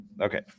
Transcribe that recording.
Okay